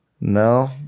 No